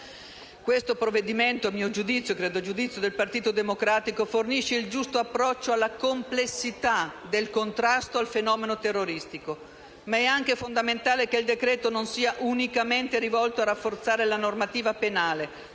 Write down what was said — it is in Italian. il provvedimento in esame - a mio giudizio e a giudizio del Partito Democratico - fornisce il giusto approccio alla complessità del contrasto al fenomeno terroristico. Ma è anche fondamentale che il decreto-legge non sia unicamente rivolto a rafforzare la normativa penale,